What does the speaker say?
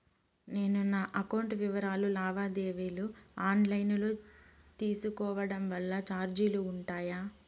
నేను నా అకౌంట్ వివరాలు లావాదేవీలు ఆన్ లైను లో తీసుకోవడం వల్ల చార్జీలు ఉంటాయా?